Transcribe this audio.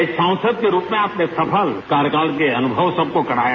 एक सांसद के रूप में आपने सफल कार्यकाल के अनुभव सबको कराया